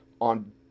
on